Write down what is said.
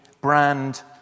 brand